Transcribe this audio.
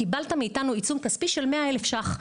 קיבלת מאיתנו עיצום כספי של כ-100,000 שקלים,